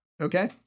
Okay